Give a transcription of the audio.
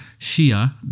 Shia